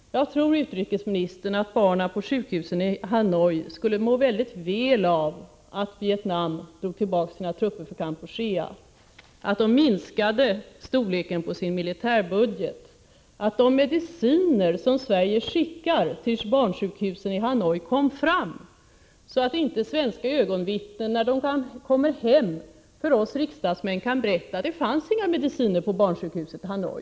Jag tror, utrikesministern, att barnen på sjukhusen i Hanoi skulle må väldigt väl av att Vietnam drog tillbaka sina trupper från Kampuchea och minskade storleken på sin militärbudget och av att de mediciner som Sverige skickar till barnsjukhusen i Hanoi kom fram, så att inte svenska ögonvittnen när de kommer hem för oss riksdagsmän behövde berätta: Det fanns inga mediciner på barnsjukhuset i Hanoi.